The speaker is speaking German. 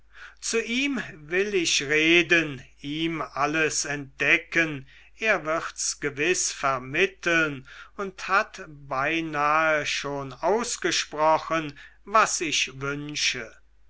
zu ihm will ich reden ihm alles entdecken er wird's gewiß vermitteln und hat beinahe schon ausgesprochen was ich wünsche